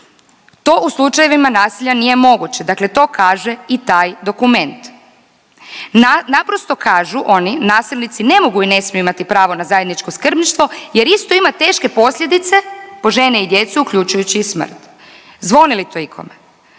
to u slučajevima nasilja nije moguće. Dakle, to kaže i taj dokument. Naprosto kažu oni nasilnici ne mogu i ne smiju imati pravo na zajedničko skrbništvo jer isto ima teške posljedice po žene i djecu uključujući i smrt. Zvoni li to ikome?